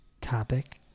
topic